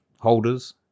holders